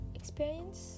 experience